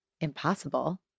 impossible